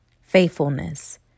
faithfulness